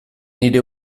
nire